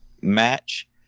match